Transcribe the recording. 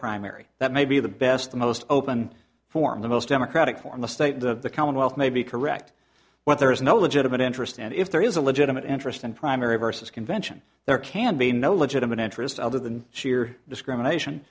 primary that may be the best the most open form the most democratic form the state of the commonwealth may be correct when there is no legitimate interest and if there is a legitimate interest in primary versus convention there can be no legitimate interest other than sheer discrimination